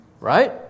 Right